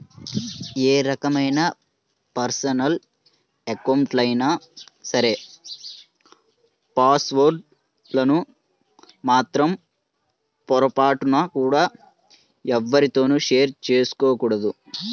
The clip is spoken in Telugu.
ఏ రకమైన పర్సనల్ అకౌంట్లైనా సరే పాస్ వర్డ్ లను మాత్రం పొరపాటున కూడా ఎవ్వరితోనూ షేర్ చేసుకోకూడదు